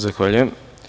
Zahvaljujem.